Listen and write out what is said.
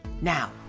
Now